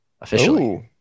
officially